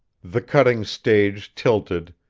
the cutting stage tilted,